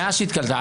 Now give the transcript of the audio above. מאז שהיא התגלתה.